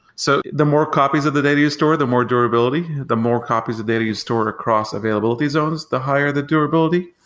so the more copies of the data you store, the more durability. the more copies of data you store across availability zones, the higher the durability,